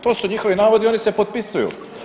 To su njihovi navodi i oni se potpisuju.